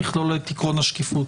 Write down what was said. היא תכלול את עקרון השקיפות.